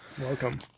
welcome